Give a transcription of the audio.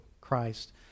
Christ